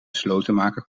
slotenmaker